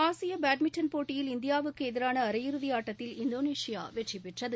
ஆசிய பேட்மிண்டன் போட்டியில் இந்தியாவுக்கு எதிரான அரையிறுதி ஆட்டத்தில் இந்தோனேஷியா வெற்றி பெற்றது